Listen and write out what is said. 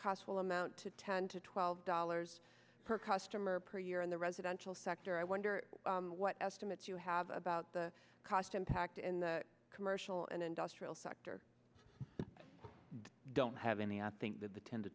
cost will amount to ten to twelve dollars per customer per year in the residential sector i wonder what estimate do you have about the cost impact in the commercial and industrial sector don't have any i think with the ten to